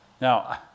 Now